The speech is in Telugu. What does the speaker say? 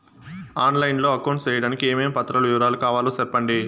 ఆన్ లైను లో అకౌంట్ సేయడానికి ఏమేమి పత్రాల వివరాలు కావాలో సెప్పండి?